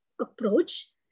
approach